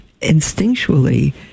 instinctually